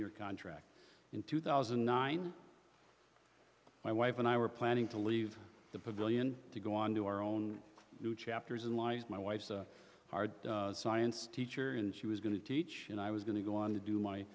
year contract in two thousand and nine my wife and i were planning to leave the pavilion to go on to our own new chapters in life my wife's hard science teacher and she was going to teach and i was going to go on to do my